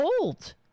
old